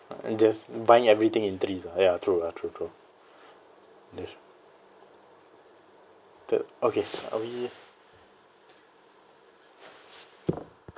just buying everything in threes ah ya true ah true true okay are we